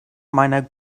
meiner